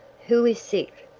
who is sick?